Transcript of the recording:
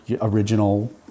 original